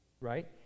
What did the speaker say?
Right